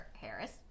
Harris